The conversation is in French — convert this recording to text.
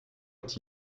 est